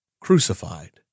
crucified